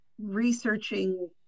researching